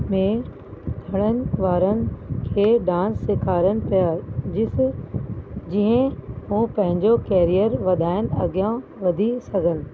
में घणनि बारनि खे डांस सेखारनि पया जिस जीअं उहो पंहिंजो करियर वधाइनि अॻिया वधी सघनि